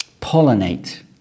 pollinate